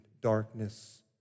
darkness